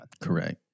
Correct